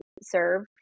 serve